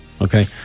Okay